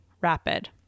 rapid